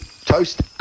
Toast